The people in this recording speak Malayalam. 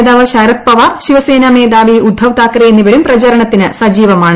നേതാവ് ശരത് പവാർ ശിവസേനാ മേധാവി ഉദ്ദവ്താക്കറെ എന്നിവരും പ്രചരണത്തിന് സജീവമാണ്